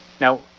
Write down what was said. Now